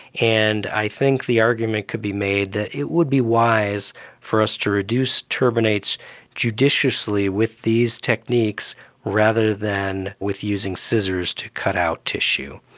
and i think the argument could be made that it would be wise for us to reduce turbinates judiciously with these techniques rather than with using scissors to cut out tissue.